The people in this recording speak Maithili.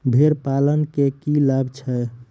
भेड़ पालन केँ की लाभ छै?